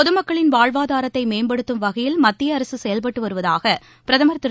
பொதமக்களின் வாழ்வாதாரத்தை மேம்படுத்தும் வகையில் மத்திய அரசு செயல்பட்டு வருவதாக பிரதமா் திரு